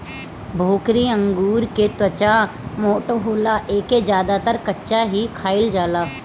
भोकरी अंगूर के त्वचा मोट होला एके ज्यादातर कच्चा ही खाईल जाला